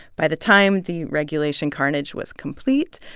by the time the regulation carnage was complete,